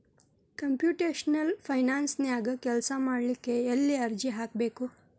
Computational ಫೈನಾನ್ಸನ್ಯಾಗ ಕೆಲ್ಸಾಮಾಡ್ಲಿಕ್ಕೆ ಎಲ್ಲೆ ಅರ್ಜಿ ಹಾಕ್ಬೇಕು?